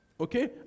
Okay